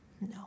No